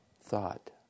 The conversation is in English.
thought